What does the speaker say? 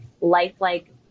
lifelike